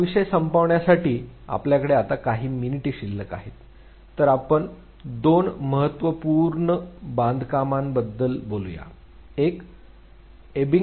हा विषय संपवण्यासाठी आता आपल्याकडे काही मिनिटे शिल्लक आहेत तर आपण दोन महत्त्वपूर्ण बांधकामांबद्दल बोलू या एक एबिंगहॉसने केलेला प्रयोग